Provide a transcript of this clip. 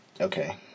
okay